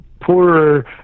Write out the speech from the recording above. poorer